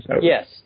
Yes